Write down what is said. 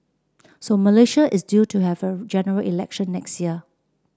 so Malaysia is due to have a General Election next year